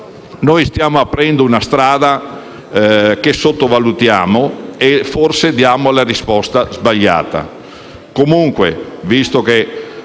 che stiamo aprendo una strada che sottovalutiamo e a cui, forse, diamo la risposta sbagliata.